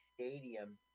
Stadium